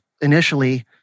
initially